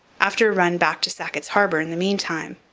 after a run back to sackett's harbour in the meantime.